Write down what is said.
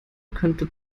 können